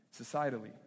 societally